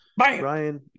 Ryan